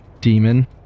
demon